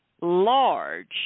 large